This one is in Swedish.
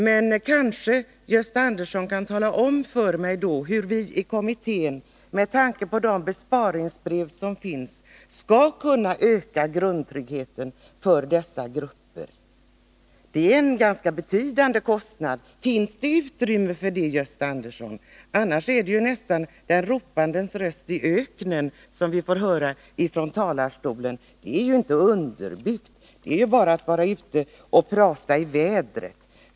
Men kanske Gösta Andersson då kan tala om för mig hur vi i kommittén, med tanke på de besparingsbrev som finns, skall kunna öka grundtryggheten för dessa grupper? Det blir en betydande kostnad. Finns det utrymme för den, Gösta Andersson? Annars är det närmast en ropandes röst i öknen som vi får höra från talarstolen. Då är talet inte underbyggt, då är det bara fråga om att vara ute och prata i vädret.